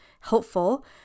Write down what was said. helpful